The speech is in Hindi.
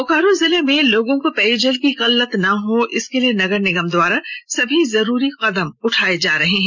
बोकारो जिले में लोगों को पेयजल की किल्लत नहीं हो इसके लिए नगर निगम द्वारा सभी जरूरी कदम उठाए जा रहे हैं